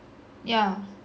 yeah